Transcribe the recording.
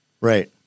Right